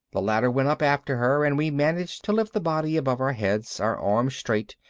the ladder went up after her and we managed to lift the body above our heads, our arms straight,